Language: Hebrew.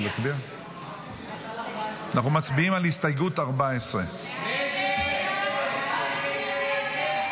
אנחנו מצביעים על הסתייגות 14. הסתייגות 14 לא נתקבלה.